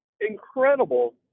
Incredible